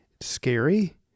Scary